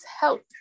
help